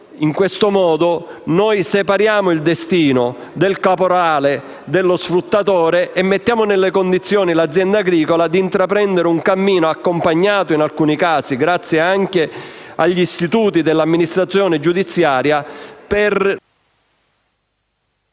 In questo modo separiamo il destino del caporale, dello sfruttatore e mettiamo l'azienda agricola nelle condizioni di intraprendere un cammino, accompagnato, in alcuni casi, anche dagli istituti dell'amministrazione giudiziaria, per